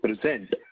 present